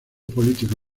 político